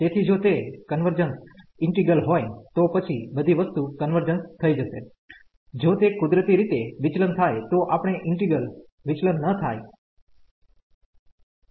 તેથીજો તે convergence integral હોયતો પછી બધી વસ્તુ કન્વર્જન્સ થઈ જશે જો તે કુદરતી રીતે વિચલન થાયતો આપેલ ઈન્ટિગ્રલ વિચલન ન થાય થશે